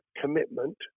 commitment